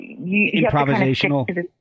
improvisational